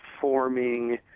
forming